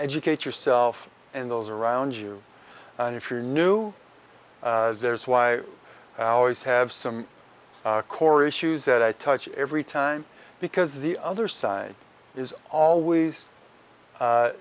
educate yourself and those around you and if you're new there is why i always have some core issues that i touch every time because the other side is always